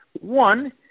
One